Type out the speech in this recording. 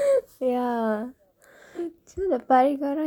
ya the பரிகாரம்:parikaaram